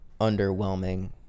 underwhelming